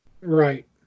Right